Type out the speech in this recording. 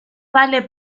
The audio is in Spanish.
vale